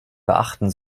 beachten